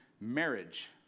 Marriage